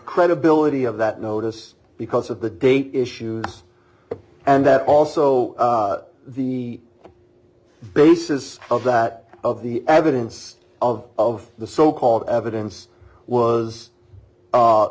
credibility of that notice because of the date issues and that also the basis of that of the evidence of of the so called evidence was